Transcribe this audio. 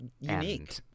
Unique